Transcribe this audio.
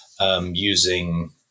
using